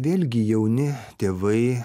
vėlgi jauni tėvai